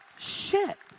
shit.